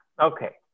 Okay